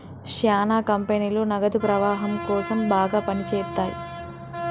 శ్యానా కంపెనీలు నగదు ప్రవాహం కోసం బాగా పని చేత్తయ్యి